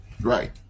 Right